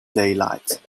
daylight